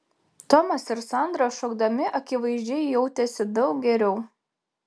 tomas ir sandra šokdami akivaizdžiai jautėsi daug geriau